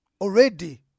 already